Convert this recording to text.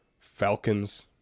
Falcons